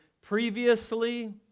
previously